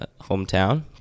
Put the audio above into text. hometown